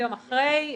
תודה רבה לכולם.